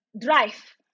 drive